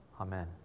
Amen